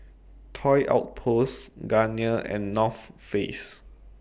Toy Outposts Garnier and North Face